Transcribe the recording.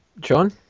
John